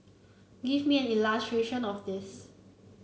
give me an of this